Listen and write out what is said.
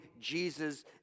Jesus